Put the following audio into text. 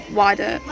wider